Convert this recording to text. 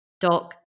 Doc